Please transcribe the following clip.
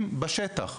בשטח,